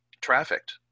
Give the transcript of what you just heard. trafficked